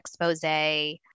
expose